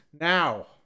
now